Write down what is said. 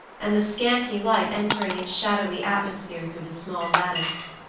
and the scanty light entering its shadowy atmosphere through the small lattice.